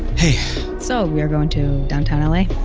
hey so we are going to downtown la?